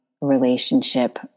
relationship